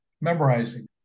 memorizing